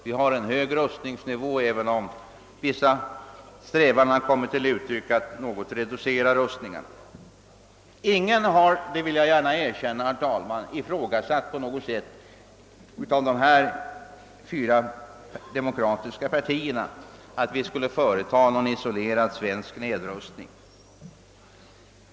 Vi har en hög rustningsnivå, även om vissa strävanden kommit till uttryck för att något reducera den. Inget av de fyra demokratiska partierna har dock, det vill jag gärna erkänna, ifrågasatt att vi skulle företa någon isolerad svensk nedrustning.